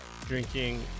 drinking